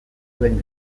zuen